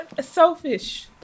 selfish